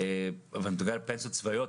ואני מדבר על פנסיות צבאיות,